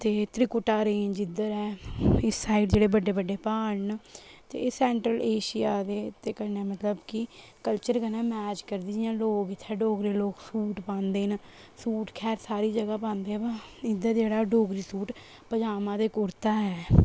ते त्रिकुटा रेंज जिद्धर ऐ इस साईड़ जेह्ड़े बड्डे बड्डे प्हाड़ न ते एह् सैंट्रल एशिया दे कन्नै मतलब कि कल्चर कन्नै मैच करदियां लोक इत्थै डोगरे लोक सूट पांदे न सूट खैर सारी जगह् पांदे अवा इद्धर जेह्ड़ा ऐ ओह् डोगरी सूट पजामा ते कुर्ता ऐ